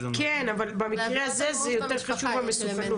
ושוב,